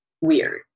weird